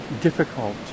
difficult